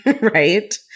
right